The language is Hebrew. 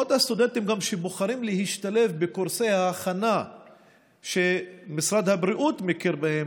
מאות הסטודנטים שבוחרים להשתלב בקורסי ההכנה שמשרד הבריאות מכיר בהם